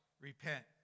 repent